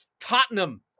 Tottenham